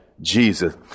Jesus